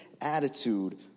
attitude